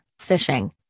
phishing